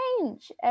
change